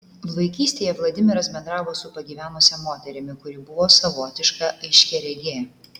vaikystėje vladimiras bendravo su pagyvenusia moterimi kuri buvo savotiška aiškiaregė